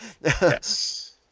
Yes